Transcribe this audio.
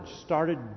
started